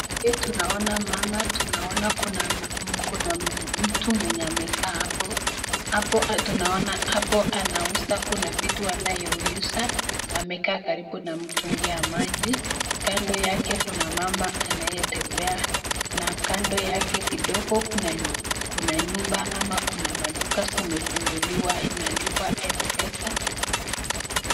Tunaona mama, tunaona kuna mtu mwenye amekaa hapo, hapo tunaona hapo anauza kuna vitu anayeuza, amekaa karibu na mtungi ya maji, kando yake kuna mama anayetembea, na kando yake kidogo kuna nyumba ama kuna maduka zimefunguliwa imeandikwa mpesa.